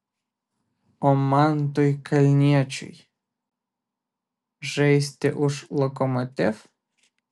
o mantui kalniečiui žaisti už lokomotiv